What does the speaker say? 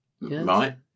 Right